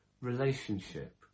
relationship